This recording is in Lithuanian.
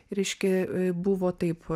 reiškia buvo taip